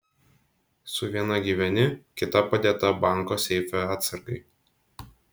su viena gyveni kita padėta banko seife atsargai